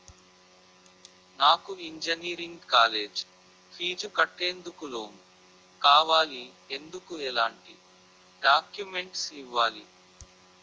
నాకు engineering college fees కట్టేందుకు loan కావాలి, ఎందుకు ఎలాంటి డాక్యుమెంట్స్ ఇవ్వాలి?